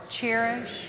cherish